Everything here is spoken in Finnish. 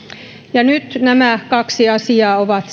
ja nyt nämä kaksi asiaa ovat